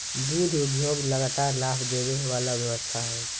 दुध उद्योग लगातार लाभ देबे वला व्यवसाय हइ